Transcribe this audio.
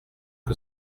que